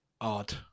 odd